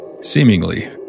Seemingly